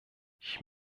ich